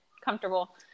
comfortable